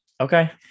Okay